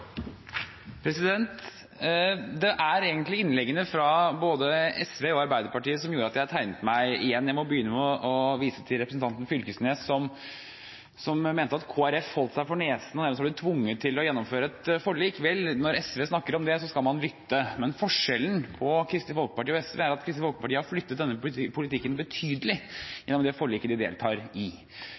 privatskoler? Det er egentlig innleggene fra både SV og Arbeiderpartiet som gjorde at jeg tegnet meg igjen. Jeg må begynne med å vise til representanten Fylkesnes, som mente at Kristelig Folkeparti holdt seg for nesen, og nærmest hadde blitt tvunget til å gjennomføre et forlik. Når SV snakker om det, skal man lytte, men forskjellen på Kristelig Folkeparti og SV er at Kristelig Folkeparti har flyttet denne politikken betydelig gjennom det forliket de deltar i.